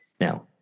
Now